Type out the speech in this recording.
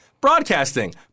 broadcasting